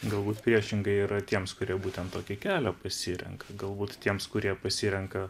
galbūt priešingai yra tiems kurie būtent tokį kelią pasirenka galbūt tiems kurie pasirenka